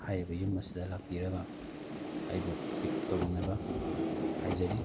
ꯍꯥꯏꯔꯤꯕ ꯌꯨꯝ ꯑꯁꯤꯗ ꯂꯥꯛꯄꯤꯔꯒ ꯑꯩꯕꯨ ꯄꯤꯛꯑꯞ ꯇꯧꯕꯤꯅꯕ ꯍꯥꯏꯖꯔꯤ